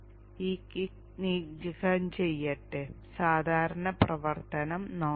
ഈ കിങ്ക് നീക്കം ചെയ്യട്ടെ സാധാരണ പ്രവർത്തനം നോക്കാം